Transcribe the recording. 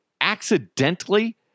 accidentally